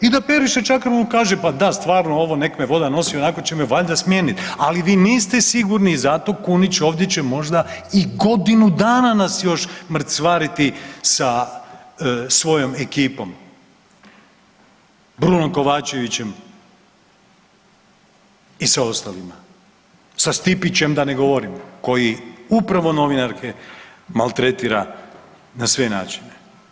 I da Periša Čakarun kaže pa da stvarno ovo nek me voda nosi ionako će me valjda smijeniti, ali vi niste sigurni i zato Kunić ovdje će možda i godinu dana nas još mrcvariti sa svojom ekipom Brunom Kovačevićem i sa ostalima, sa Stipićem da ne govorim koji upravo novinarke maltretira na sve načine.